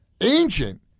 ancient